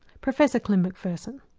professor klim mcpherson.